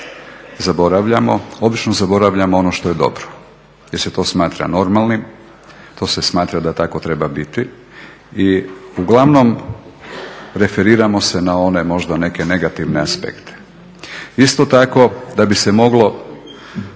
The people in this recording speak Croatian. zaboravljamo. Obično zaboravljamo ono što je dobro jer se to smatra normalnim, to se smatra da tako treba biti. I uglavnom referiramo se na one možda neke negativne aspekte. Isto tako da bi se moglo